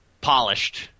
polished